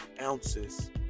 ounces